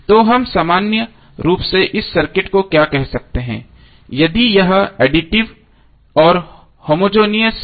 तो हम सामान्य रूप से इस सर्किट को क्या कह सकते हैं यदि यह एडिटिव और होमोजेनियस है